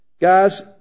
Guys